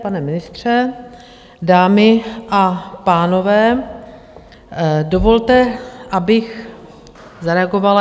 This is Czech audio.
Pane ministře, dámy a pánové, dovolte, abych zareagovala.